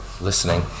Listening